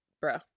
bro